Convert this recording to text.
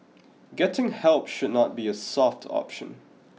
getting help should not be a soft option